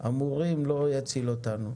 אמורים לא יציל אותנו.